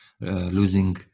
losing